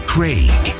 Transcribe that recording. Craig